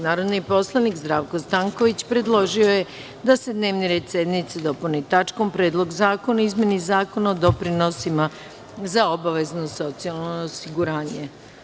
Narodni poslanik Zdravko Stanković, predložio je da se dnevni red sednice dopuni tačkom – Predlog zakona o izmeni Zakona o doprinosima za obavezno socijalno osiguranje.